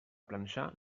planxar